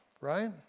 right